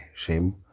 shame